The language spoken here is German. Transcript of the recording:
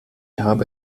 habe